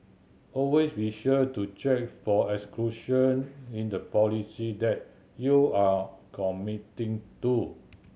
always be sure to check for exclusion in the policy that you are committing to